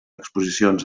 exposicions